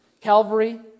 Calvary